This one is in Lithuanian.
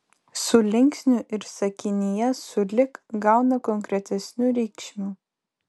su linksniu ir sakinyje sulig gauna konkretesnių reikšmių